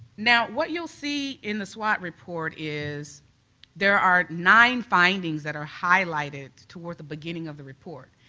now what you'll see in the swot report is there are nine findings that are highlighted toward the beginning of the report.